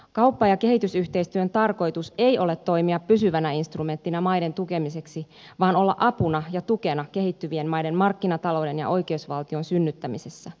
kauppa ja kehitysyhteistyön tarkoitus ei ole toimia pysyvänä instrumenttina maiden tukemiseksi vaan olla apuna ja tukena kehittyvien maiden markkinatalouden ja oikeusvaltion synnyttämisessä